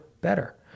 better